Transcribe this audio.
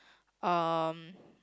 um